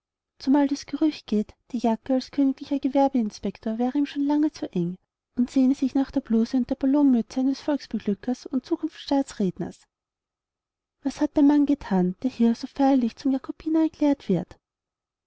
zumal das gerücht geht die jacke als königlicher gewerbeinspektor wäre ihm schon lange zu eng und sehne sich nach der bluse und der ballonmütze eines volksbeglückers und zukunftstaatsredners was hat der mann getan der hier so feierlich zum jakobiner erklärt wird